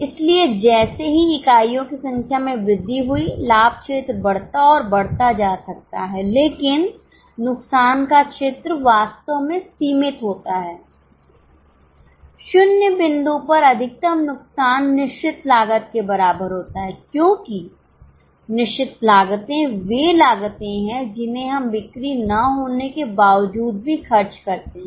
इसलिए जैसे ही इकाइयों की संख्या में वृद्धि हुई लाभ क्षेत्र बढ़ता और बढ़ता जा सकता है लेकिन नुकसान का क्षेत्र वास्तव में सीमित होता है 0 बिंदु पर अधिकतम नुकसान निश्चित लागत के बराबर होता है क्योंकि निश्चित लागत वे लागतें हैं जिन्हें हम बिक्री ना होने के बावजूद भी खर्च करते हैं